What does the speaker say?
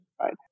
right